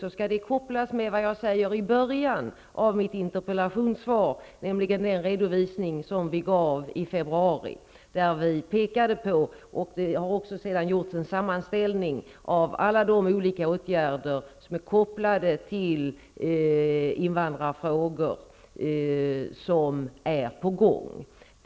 Det skall kopplas till vad jag sade i början av svaret om den redovisning som vi gjorde i februari, där vi pekade på -- det har sedan gjorts en sammanställning av dem -- alla de olika åtgärder som är kopplade till invandrarfrågor och som är på gång.